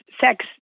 sex